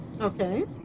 okay